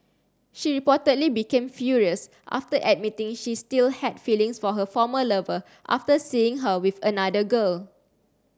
she reportedly became furious after admitting she still had feelings for her former lover after seeing her with another girl